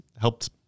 helped